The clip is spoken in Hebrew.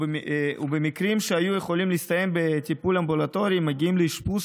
ומקרים שהיו יכולים להסתיים בטיפול אמבולטורי מגיעים לאשפוז,